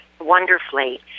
wonderfully